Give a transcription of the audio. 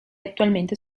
attualmente